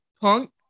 Punk